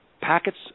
packets